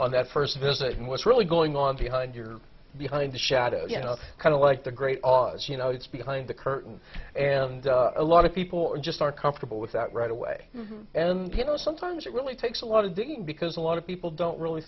on that first visit and what's really going on behind your behind the shadow you know kind of like the great aws you know it's behind the curtain and a lot of people just aren't comfortable with that right away and you know sometimes it really takes a lot of digging because a lot of people don't really